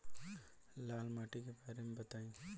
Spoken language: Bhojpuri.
लाल माटी के बारे में बताई